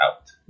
out